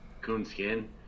Coonskin